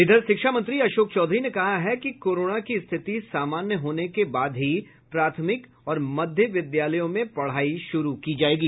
इधर शिक्षा मंत्री अशोक चौधरी ने कहा है कि कोरोना की स्थिति सामान्य होने के बाद ही प्राथमिक और मध्य विद्यालयों में पढ़ाई शुरू की जायेगी